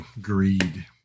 greed